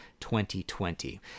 2020